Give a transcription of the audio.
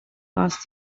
asked